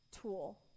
tool